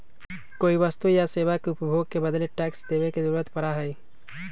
कोई वस्तु या सेवा के उपभोग के बदले टैक्स देवे के जरुरत पड़ा हई